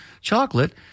chocolate